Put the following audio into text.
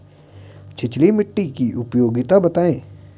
छिछली मिट्टी की उपयोगिता बतायें?